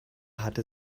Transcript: hatte